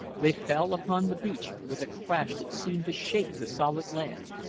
they fell upon the beach with a crash that seemed to shake the solid land.